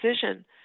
decision